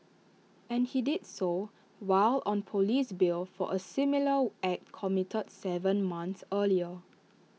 and he did so while on Police bail for A similar act committed Seven months earlier